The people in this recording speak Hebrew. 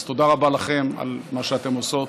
אז תודה רבה לכן על מה שאתן עושות.